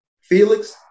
Felix